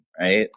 right